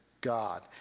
God